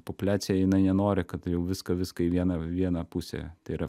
populiacija jinai nenori kad jau viską viską į vieną vieną pusę tai yra